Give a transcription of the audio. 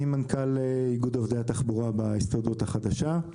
אני מנכ"ל איגוד עובדי התחבורה בהסתדרות החדשה.